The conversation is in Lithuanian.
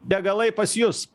degalai pas jus